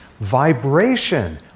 Vibration